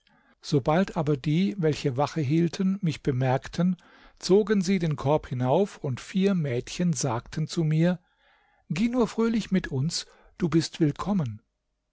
sobald aber die welche wache hielten mich bemerkten zogen sie den korb hinauf und vier mädchen sagten zu mir geh nur fröhlich mit uns du bist willkommen